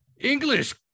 English